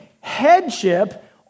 Headship